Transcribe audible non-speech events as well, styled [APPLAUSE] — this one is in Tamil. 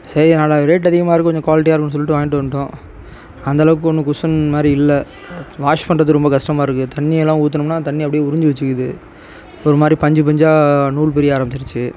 சரி [UNINTELLIGIBLE] ரேட் அதிகமாகருக்கு கொஞ்சம் குவாலிட்டியாக இருக்கும் சொல்லிவிட்டு வாங்கிகிட்டு வந்துவிட்டோம் அந்த அளவுக்கு ஒன்றும் குஷன் மாதிரி இல்லை வாஷ் பண்ணுறது ரொம்ப கஷ்டமாகருக்கு தண்ணியெல்லாம் ஊற்றுனோம்னா தண்ணி அப்படியே உறிஞ்சு வச்சுக்கிது ஒரு மாதிரி பஞ்சு பஞ்சாக நூல் பிரிய ஆரமிச்சிடுச்சு